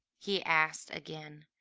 he asked again.